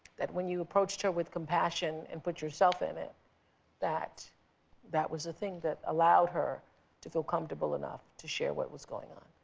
that when you approached her with compassion and put yourself in it that that was the thing that allowed her to feel comfortable enough to share what was going on.